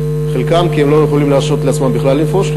חלקם כי הם לא יכולים להרשות לעצמם בכלל לנפוש,